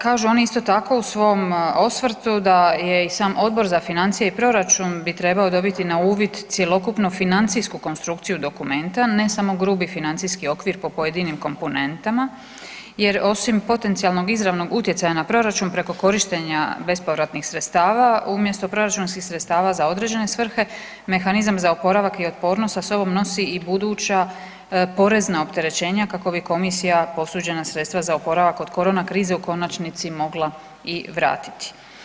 Kažu oni isto tako u svom osvrtu da je i sam Odbor za financije i proračun bi trebao dobiti na uvid cjelokupnu financijsku konstrukciju dokumenta, ne samo grubi financijski okvir po pojedinim komponentama jer osim potencijalnog izravnog utjecaja na proračuna preko korištenja bespovratnih sredstava umjesto proračunskih sredstava za određene svrhe mehanizam za oporavak i otpornost sa sobom nosi i buduća porezna opterećenja kako bi komisija posuđena sredstva za oporavak od korona krize u konačnici mogla i vratiti.